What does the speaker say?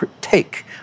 take